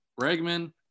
Bregman